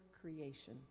creation